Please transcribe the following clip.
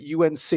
UNC